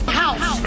house